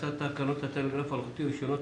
תקנות הטלגרף האלחוטי (רישיונות,